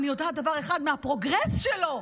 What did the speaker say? אני יודעת דבר אחד מהפרוגרס שלו: